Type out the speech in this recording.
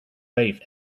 wave